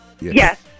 Yes